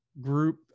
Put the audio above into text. group